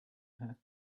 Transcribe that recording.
her